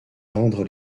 rendre